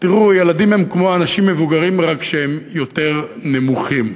ילדים הם כמו אנשים מבוגרים, רק יותר נמוכים.